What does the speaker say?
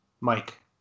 Mike